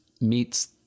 meets